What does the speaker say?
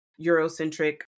Eurocentric